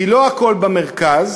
כי לא הכול במרכז,